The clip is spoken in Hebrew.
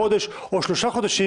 חודש או שלושה חודשים,